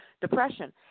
depression